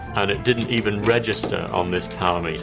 and it didn't even register on this power meter.